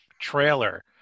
trailer